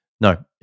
no